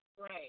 right